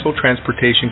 transportation